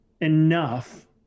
enough